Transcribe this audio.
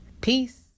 Peace